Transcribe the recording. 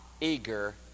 eager